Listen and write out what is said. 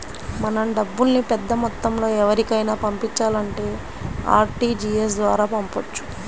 మనం డబ్బుల్ని పెద్దమొత్తంలో ఎవరికైనా పంపించాలంటే ఆర్టీజీయస్ ద్వారా పంపొచ్చు